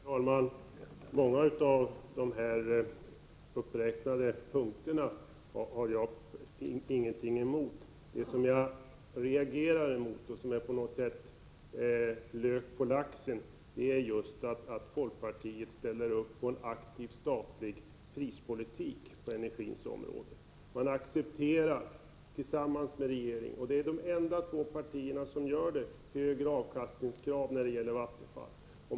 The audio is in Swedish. Herr talman! Många av de uppräknade punkterna har jag ingenting emot. Det jag reagerar emot och som jag på något sätt uppfattar som lök på laxen är att folkpartiet ställer upp på en aktiv statlig prispolitik på energiområdet. Man accepterar tillsammans med socialdemokraterna högre avkastningskrav för Vattenfall — och är de enda partier som gör det.